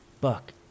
buck